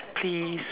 please